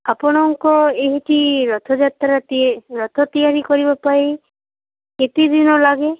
ଆପଣଙ୍କ ଏହିଠି ରଥଯାତ୍ରାଟିଏ ରଥ ତିଆରି କରିବା ପାଇଁ କେତେ ଦିନ ଲାଗେ